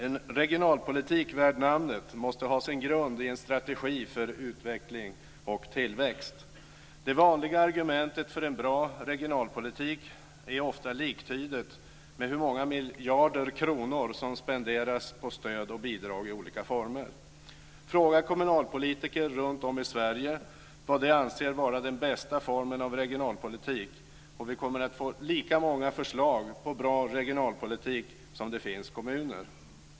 En regionalpolitik värd namnet måste ha sin grund i en strategi för utveckling och tillväxt. Det vanliga argumentet för en bra regionalpolitik är ofta liktydigt med hur många miljarder kronor som spenderas på stöd och bidrag i olika former. Fråga kommunpolitiker runtom i Sverige vad de anser vara den bästa formen av regionalpolitik, och vi kommer att få lika många förslag på bra regionalpolitik som det finns kommuner.